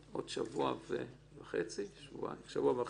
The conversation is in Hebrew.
עוד שבוע וחצי, שום דבר